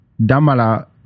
Damala